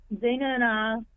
Zena